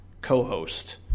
co-host